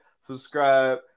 subscribe